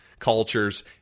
cultures